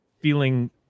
feeling